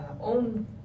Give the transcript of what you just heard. own